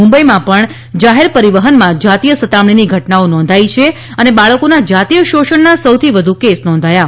મુંબઈમાં પણ જાહેર પરિવહનમાં જાતીય સતામણીની ઘટનાઓ નોંધાઈ છે અને બાળકોના જાતીય શોષણના સૌથી વધુ કેસ નોંધાયા છે